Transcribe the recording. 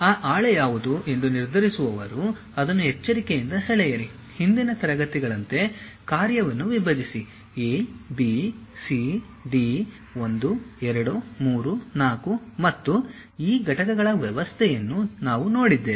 ಆ ಹಾಳೆ ಯಾವುದು ಎಂದು ನಿರ್ಧರಿಸುವವರು ಅದನ್ನು ಎಚ್ಚರಿಕೆಯಿಂದ ಸೆಳೆಯಿರಿ ಹಿಂದಿನ ತರಗತಿಗಳಂತೆ ಕಾರ್ಯವನ್ನು ವಿಭಜಿಸಿ a b c d 1 2 3 4 ಮತ್ತು ಈ ಘಟಕಗಳ ವ್ಯವಸ್ಥೆಯನ್ನು ನಾವು ನೋಡಿದ್ದೇವೆ